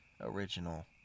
original